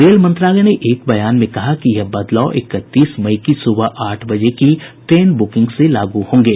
rail मंत्रालय ने एक बयान में कहा कि यह बदलाव इकतीस मई की सुबह आठ बजे की ट्रेन बुकिंग से लागू होंगे